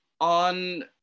on